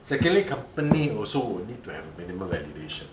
secondly company also will need to have a minimum validation